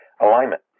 alignment